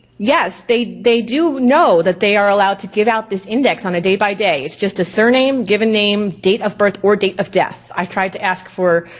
yes they they do know that they are allowed to give out this index on a day by day, it's just a surname, given name, date of birth or date of death. i tried to ask for,